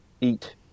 eat